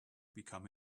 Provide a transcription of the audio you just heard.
become